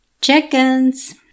chickens